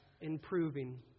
improving